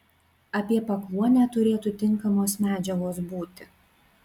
apie pakluonę turėtų tinkamos medžiagos būti